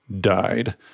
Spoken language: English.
died